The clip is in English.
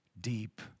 deep